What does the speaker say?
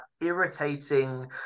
irritating